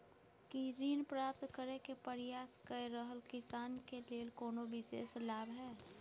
की ऋण प्राप्त करय के प्रयास कए रहल किसान के लेल कोनो विशेष लाभ हय?